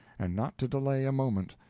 and not to delay a moment,